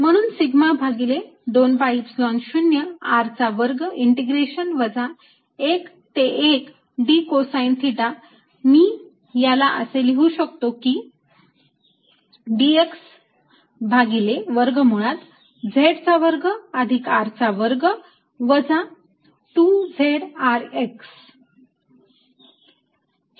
म्हणून सिग्मा भागिले 2 Epsilon 0 R चा वर्ग इंटिग्रेशन वजा 1 ते 1 d कोसाईन थिटा मी आला असे लिहू शकतो की dx भागिले वर्गमुळात z चा वर्ग अधिक R चा वर्ग वजा 2 z R x